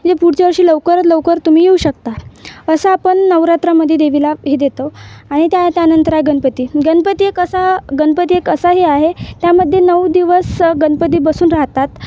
म्हणजे पुढच्या वर्षी लवकरात लवकर तुम्ही येऊ शकता असं आपण नवरात्रामध्ये देवीला हे देतो आणि त्या त्यानंतर आहे गणपती गणपती एक असा गणपती एक असाही आहे त्यामध्ये नऊ दिवस गणपती बसून राहतात